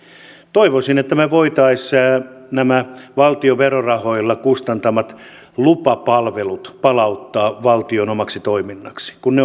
toivoisin että me voisimme nämä valtion verorahoilla kustantamat lupapalvelut palauttaa valtion omaksi toiminnaksi kun ne